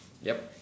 yup